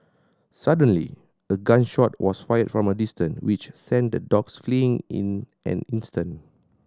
suddenly a gun shot was fired from a distance which sent the dogs fleeing in an instant